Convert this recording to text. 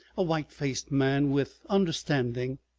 a white-faced man with understanding,